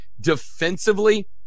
Defensively